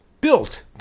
built